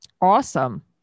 Awesome